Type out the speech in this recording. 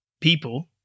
people